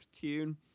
tune